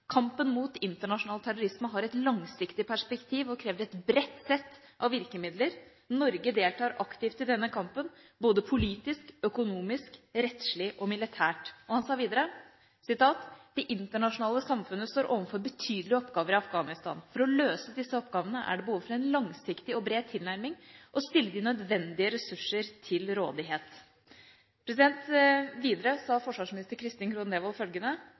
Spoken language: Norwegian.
mot internasjonal terrorisme har et langsiktig perspektiv og krever et bredt sett av virkemidler. Norge deltar aktivt i denne kampen, både politisk, økonomisk, rettslig og militært.» Han sa videre: «Det internasjonale samfunn står nå overfor betydelige oppgaver i Afghanistan For å løse disse oppgavene er det behov for en langsiktig og bred tilnærming, og å stille de nødvendige ressurser til rådighet.» Videre sa forsvarsminister Kristin Krohn Devold følgende: